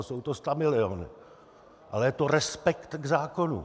Jsou to stamiliony, ale je to respekt k zákonu.